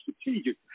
strategic